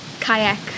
kayak